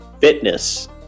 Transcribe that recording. fitness